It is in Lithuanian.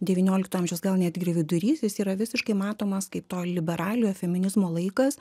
devyniolikto amžiaus gal netgi ir vidurys jis yra visiškai matomas kaip to liberaliojo feminizmo laikas